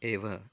एव